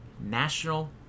National